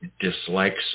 dislikes